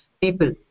people